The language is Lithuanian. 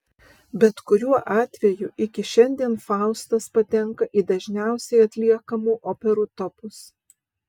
bet kuriuo atveju iki šiandien faustas patenka į dažniausiai atliekamų operų topus